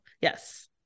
Yes